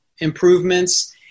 improvements